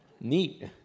Neat